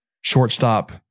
shortstop